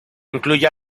incluye